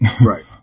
Right